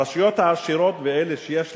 הרשויות העשירות ואלה שיש להן,